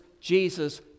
Jesus